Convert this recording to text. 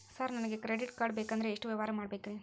Sir ನನಗೆ credit card ಬೇಕಂದ್ರೆ ಎಷ್ಟು ವ್ಯವಹಾರ ಮಾಡಬೇಕ್ರಿ?